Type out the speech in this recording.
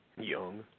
Young